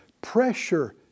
pressure